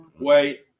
Wait